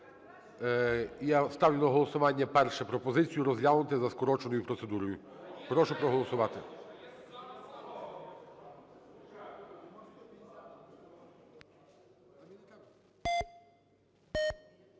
Я ставлю на голосування першу пропозицію – розглянути за скороченою процедурою. Прошу проголосувати.